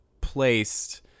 placed